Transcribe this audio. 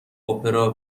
اپرا